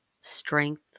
strength